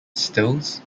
stills